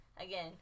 again